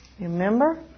Remember